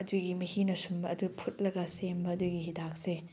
ꯑꯗꯨꯒꯤ ꯃꯍꯤꯅ ꯁꯨꯝꯕ ꯑꯗꯨ ꯐꯨꯠꯂꯒ ꯁꯦꯝꯕ ꯑꯗꯨꯒꯤ ꯍꯤꯗꯥꯛꯁꯦ